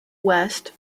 west